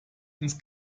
ins